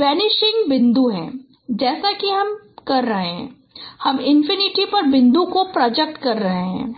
vanishing बिंदु है जैसा कि हम कर रहे हैं हम इनफिनिटी पर बिंदु प्रोजेक्ट कर रहे हैं